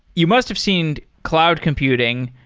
you must've seen cloud computing.